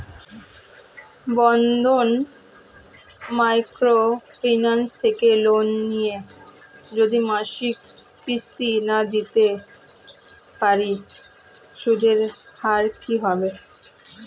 বন্ধন micro finance থেকে loan নিয়ে যদি মাসিক কিস্তি না দিতে পারি সুদের হার কি হবে?